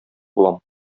булам